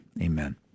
Amen